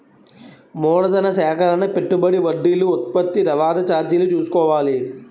మూలధన సేకరణ పెట్టుబడి వడ్డీలు ఉత్పత్తి రవాణా చార్జీలు చూసుకోవాలి